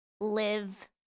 live